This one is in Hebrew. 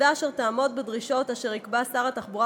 קסדה אשר תעמוד בדרישות אשר יקבע שר התחבורה